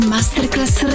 Masterclass